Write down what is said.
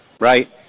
right